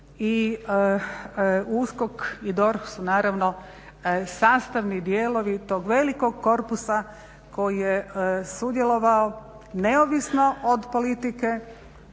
i USKOK i DORH su naravno sastavni dijelovi tog velikog korpusa koji je sudjelovao neovisno od politike,